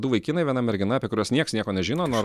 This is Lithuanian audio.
du vaikinai viena mergina apie kuriuos nieks nieko nežino nor